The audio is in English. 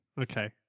Okay